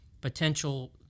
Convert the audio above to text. potential